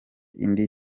indi